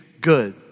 good